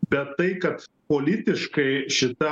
bet tai kad politiškai šita